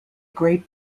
great